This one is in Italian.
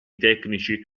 tecnici